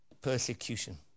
persecution